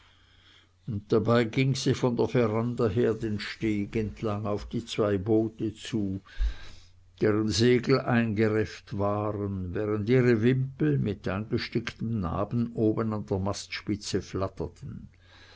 und dabei ging sie von der veranda her den steg entlang auf die zwei boote zu deren segel eingerefft waren während ihre wimpel mit eingesticktem namen oben an der mastspitze flatterten